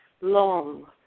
long